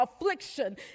affliction